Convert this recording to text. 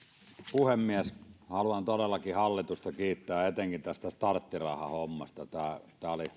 puhemies haluan todellakin hallitusta kiittää etenkin tästä starttirahahommasta oli